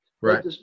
Right